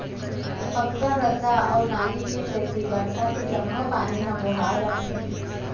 पक्का रद्दा अउ नाली के सेती बरसा के जम्मो पानी ह बोहा जाथे